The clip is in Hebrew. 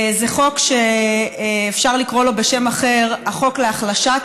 זה חוק שאפשר לקרוא לו בשם אחר: החוק להחלשתו,